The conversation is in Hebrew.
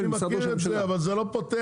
אני מכיר את זה, אבל זה לא פותר.